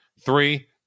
three